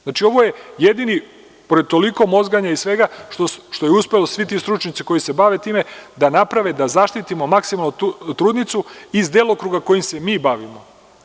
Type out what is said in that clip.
Znači, ovo je jedino pored toliko mozganja i svega što je uspeo u svi ti stručnjaci koji se bave time, da naprave da zaštitimo maksimalno trudnicu iz delokruga kojim se bavimo.